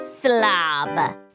slob